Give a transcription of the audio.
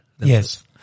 Yes